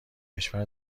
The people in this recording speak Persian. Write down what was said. کشور